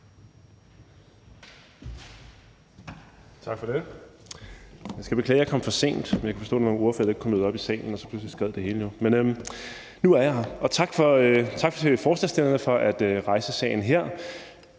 Tak for det.